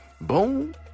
boom